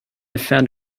found